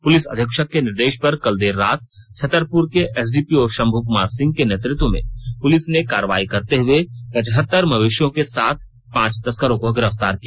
police अधीक्षक के निर्देश पर कल देर रात छतरपुर के एसडीपीओ शंभु कुमार सिंह के नेतृत्व में पुलिस ने कार्रवाई करते हुए पचहत्तर मवेशियों के साथ पांच तस्करों को गिरफ्तार किया